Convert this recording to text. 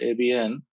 ABN